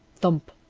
thump!